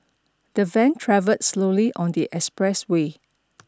the van travelled slowly on the expressway